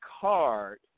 card